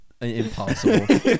impossible